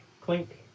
clink